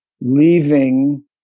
leaving